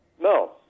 No